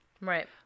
Right